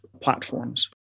platforms